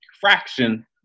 fraction